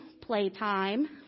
playtime